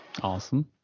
Awesome